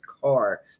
car